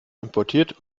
importiert